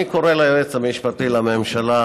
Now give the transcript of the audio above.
אני קורא ליועץ המשפטי לממשלה: